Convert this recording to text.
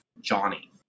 Johnny